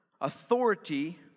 authority